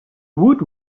woot